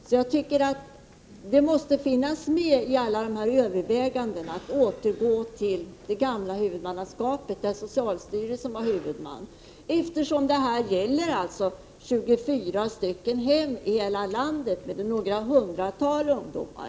I alla de här övervägandena måste därför möjligheten finnas med att återgå till det gamla huvudmannaskapet där socialstyrelsen var huvudman, eftersom det här gäller 24 hem i hela landet med några hundratal ungdomar.